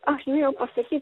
aš norėjau pasakyt